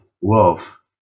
wolf